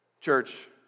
Church